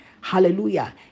hallelujah